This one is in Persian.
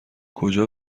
کجا